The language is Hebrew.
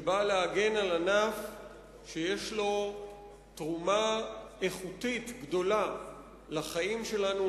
שבאה להגן על ענף שיש לו תרומה איכותית גדולה לחיים שלנו,